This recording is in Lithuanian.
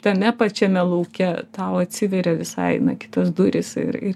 tame pačiame lauke tau atsiveria visai na kitos durys ir ir